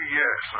yes